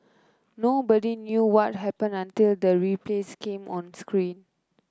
nobody knew what happened until the replays came on screen